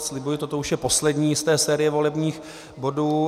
Slibuji, toto už je poslední ze série volebních bodů.